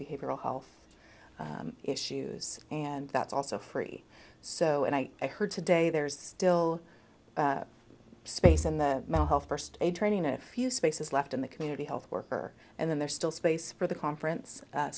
behavioral health issues and that's also free so and i heard today there's still space in the health first aid training a few spaces left in the community health worker and then there's still space for the conference